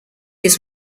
his